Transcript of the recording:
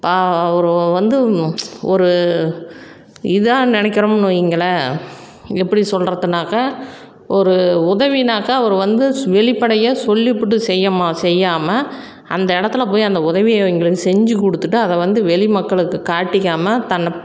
பா அவர் வந்து ஒரு இதாக நினைக்கிறோம்னு வைங்களேன் எப்படி சொல்றதுனாக்க ஒரு உதவினாக்க அவர் வந்து வெளிப்படையாக சொல்லிப்புட்டு செய்யமா செய்யாமல் அந்த இடத்துல போய் அந்த உதவியை எங்களுக்கு செஞ்சு கொடுத்துட்டு அதை வந்து வெளி மக்களுக்குக் காட்டிக்காமல் தன்னை